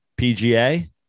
PGA